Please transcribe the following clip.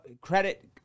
credit